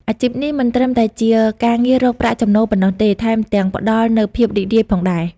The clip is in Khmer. អាជីពនេះមិនត្រឹមតែជាការងាររកប្រាក់ចំណូលប៉ុណ្ណោះទេ ថែមទាំងផ្តល់នូវភាពរីករាយផងដែរ។